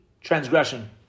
transgression